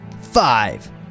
Five